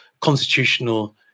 constitutional